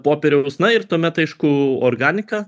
popieriaus na ir tuomet aišku organika